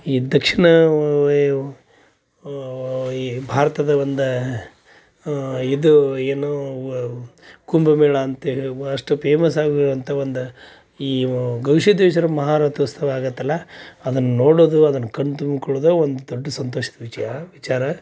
ಈ ದಕ್ಷಿಣ ಈ ಭಾರತದ ಒಂದು ಇದು ಏನು ಕುಂಭಮೇಳ ಅಂತ ಹೇಳ್ಬವ್ ಅಷ್ಟು ಪೇಮಸ್ ಆಗಿರುವಂಥ ಒಂದು ಈ ಗವಿಸಿದ್ಧೇಶ್ವರ ಮಹಾರಥೋತ್ಸವ ಆಗುತ್ತಲ್ಲ ಅದನ್ನು ನೋಡೋದು ಅದನ್ನು ಕಣ್ಣು ತುಂಬ್ಕೊಳ್ಳೋದೇ ಒಂದು ದೊಡ್ಡ ಸಂತೋಷದ ವಿಷಯ ವಿಚಾರ